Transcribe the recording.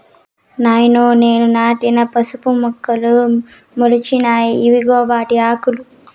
నాయనో నేను నాటిన పసుపు మొక్కలు మొలిచినాయి ఇయ్యిగో వాటాకులు